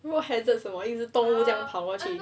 如果 hazards 什么一只动物这样跑过去